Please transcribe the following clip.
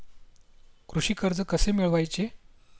कृषी कर्ज कसे मिळवायचे?